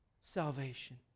salvation